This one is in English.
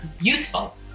useful